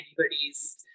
anybody's